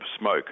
smoke